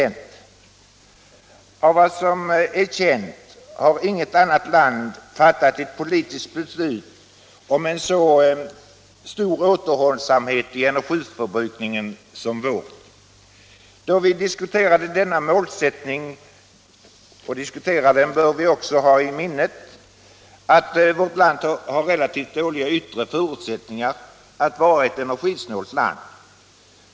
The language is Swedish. Enligt vad som är känt har inget annat land fattat ett politiskt beslut om en så stor återhållsamhet i energiförbrukningen som vårt. Då vi diskuterar denna målsättning bör vi också ha i minnet att vårt land har relativt dåliga yttre förutsättningar att vara ett energisnålt land.